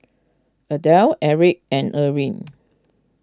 Adell Eric and Earline